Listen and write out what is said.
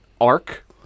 arc